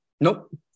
Nope